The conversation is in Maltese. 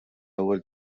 ewwel